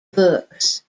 books